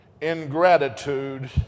ingratitude